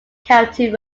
county